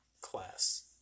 class